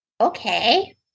Okay